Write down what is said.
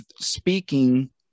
speaking